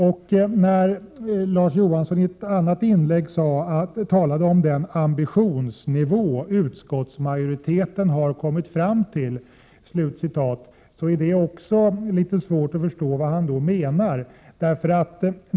Larz Johansson talade i ett annat inlägg om den ”ambitionsnivå som utskottsmajoriteten har kommit fram till”. Det är litet svårt att förstå vad han menar med det.